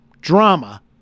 drama